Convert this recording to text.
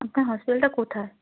আপনার হসপিটালটা কোথায়